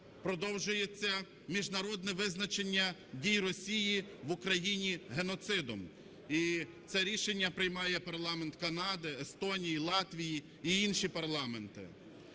Продовжується міжнародне визначення дій Росії в Україні геноцидом, і це рішення приймає парламент Канади, Естонії, Латвії і інші парламенти.